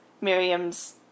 Miriam's